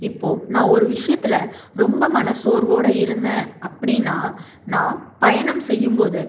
இப்போது நான் ஒரு விஷயத்தில் ரொம்ப மனசோர்வோடு இருந்தேன் அப்படின்னால் நான் பயணம் செய்யும்போது